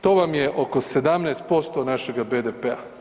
To vam je oko 17% našega BDP-a.